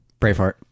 Braveheart